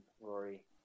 Rory